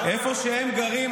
איפה שהם גרים,